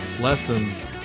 lessons